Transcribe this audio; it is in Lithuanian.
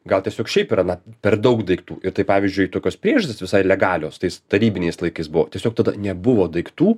gal tiesiog šiaip yra na per daug daiktų ir tai pavyzdžiui tokios priežastys visai legalios tais tarybiniais laikais buvo tiesiog tada nebuvo daiktų